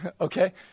okay